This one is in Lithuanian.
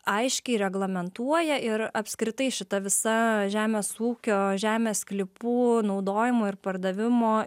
aiškiai reglamentuoja ir apskritai šita visa žemės ūkio žemės sklypų naudojimo ir pardavimo